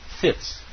fits